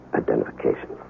identification